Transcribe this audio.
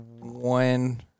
one